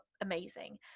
amazing